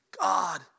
God